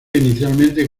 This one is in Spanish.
inicialmente